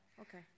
Okay